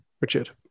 Richard